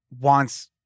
wants